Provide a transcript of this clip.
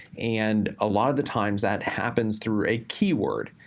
and a lot of the times, that happens through a keyword.